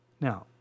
Now